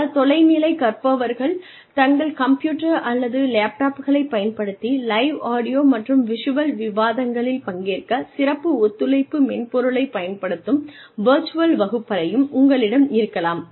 பல தொலைநிலை கற்பவர்கள் தங்கள் கம்ப்யூட்டர் அல்லது லேப்டாப்புகளைப் பயன்படுத்தி லைவ் ஆடியோ மற்றும் விஷுவல் விவாதங்களில் பங்கேற்க சிறப்பு ஒத்துழைப்பு மென்பொருளைப் பயன்படுத்தும் வெர்ச்சுவல் வகுப்பறையும் உங்களிடம் இருக்கலாம்